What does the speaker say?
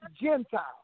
Gentile